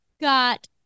got